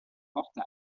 mortal